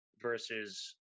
versus